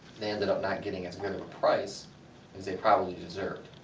they ended up not getting as good of a price as they probably deserved,